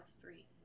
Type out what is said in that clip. three